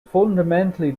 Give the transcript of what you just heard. fundamentally